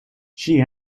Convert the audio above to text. she